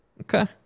Okay